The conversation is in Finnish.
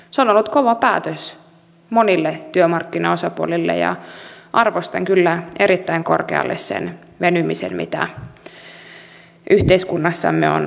se on ollut kova päätös monille työmarkkinaosapuolille ja arvostan kyllä erittäin korkealle sen venymisen mitä yhteiskunnassamme on osoitettu